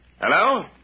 Hello